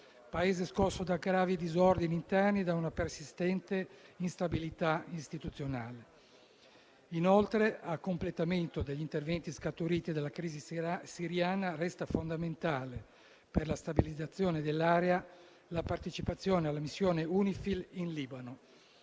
Paese scosso da gravi disordini interni e da una persistente instabilità istituzionale. Inoltre, a completamento degli interventi scaturiti dalla crisi siriana, resta fondamentale per la stabilizzazione dell'area la partecipazione alla missione UNIFIL in Libano,